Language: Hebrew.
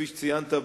כפי שציינת,